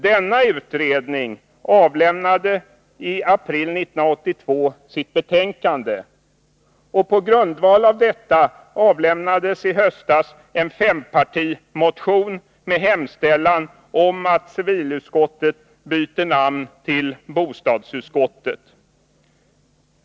Denna utredning avlämnade i april 1982 sitt betänkande. På grundval av detta avlämnades i höstas en fempartimotion med hemställan om att civilutskottet byter namn till bostadsutskottet.